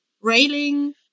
railing